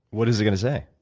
what is it going to say?